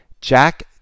jack